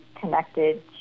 connected